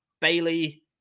Bailey